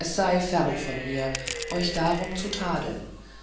es sei ferne von mir euch darum zu tadeln